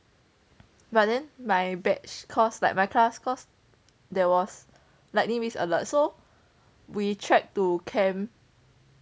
but then my batch cause like my class cause there was lightning risk alert so we trek to camp